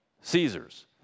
Caesar's